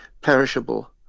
perishable